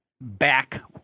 back